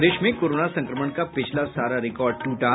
प्रदेश में कोरोना संक्रमण का पिछला सारा रिकॉर्ड टूटा